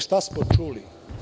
Šta smo čuli?